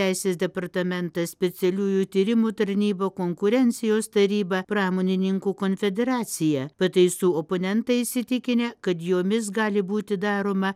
teisės departamentas specialiųjų tyrimų tarnyba konkurencijos taryba pramonininkų konfederacija pataisų oponentai įsitikinę kad jomis gali būti daroma